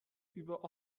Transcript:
über